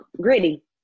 Gritty